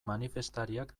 manifestariak